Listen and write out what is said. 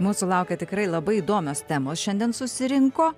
mūsų laukia tikrai labai įdomios temos šiandien susirinko